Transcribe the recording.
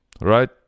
right